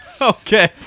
Okay